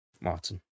Martin